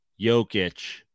Jokic